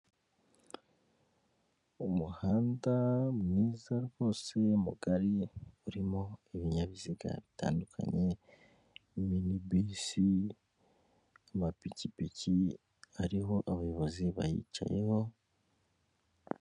Umuhanda mwiza rwose mugari urimo ibinyabiziga bitandukanye mini bisi, amapikipiki ariho abayobozi bayicayeho.